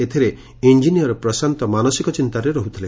ଏଥିରେ ଇଞିନିୟର ପ୍ରଶାନ୍ତ ମାନସିକ ଚିନ୍ତାରେ ରହୁଥିଲେ